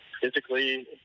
physically